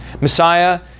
Messiah